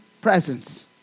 presence